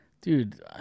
dude